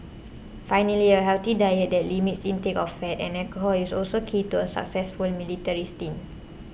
finally a healthy diet that limits intake of fat and alcohol is also key to a successful military stint